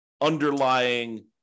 underlying